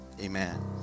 Amen